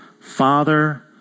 Father